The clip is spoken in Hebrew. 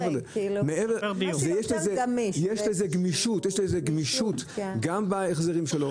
יש לזה גמישות גם בהחזרים שלו.